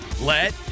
Let